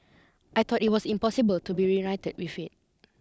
I thought it was impossible to be reunited with it